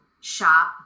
shop